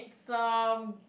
it's long